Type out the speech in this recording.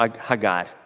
Hagar